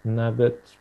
na bet